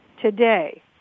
today